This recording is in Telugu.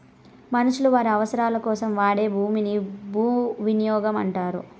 మనుషులు వారి అవసరాలకోసం వాడే భూమిని భూవినియోగం అంటారు